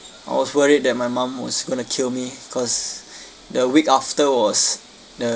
I was worried that my mum was going to kill me cause the week after was the